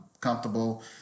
comfortable